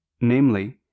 namely